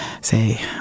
Say